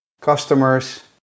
customers